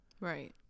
right